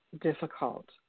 difficult